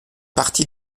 parti